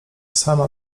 sama